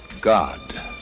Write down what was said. God